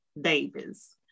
Davis